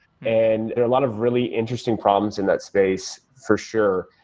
and there are a lot of really interesting problems in that space for sure.